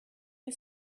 you